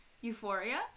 euphoria